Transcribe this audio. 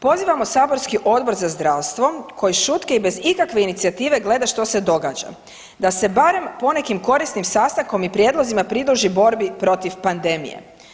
Pozivamo saborski Odbor za zdravstvo koji šutke i bez ikakve inicijative gleda što se događa, da se barem ponekim korisnim sastankom i prijedlozima pridruži borbi protiv pandemije.